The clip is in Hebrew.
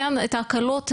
את ההקלות